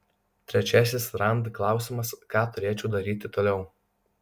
trečiasis rand klausimas ką turėčiau daryti toliau